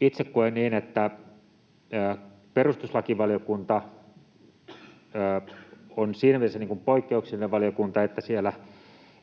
Itse koen niin, että perustuslakivaliokunta on siinä mielessä poikkeuksellinen valiokunta, että siellä